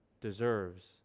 deserves